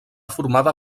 formada